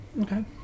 Okay